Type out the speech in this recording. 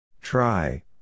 Try